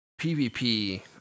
PvP